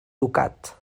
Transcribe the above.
ducat